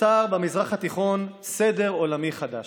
נוצר במזרח התיכון סדר עולמי חדש.